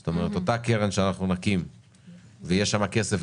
זאת אומרת אותה קרן שאנחנו נקים ויש שם כסף,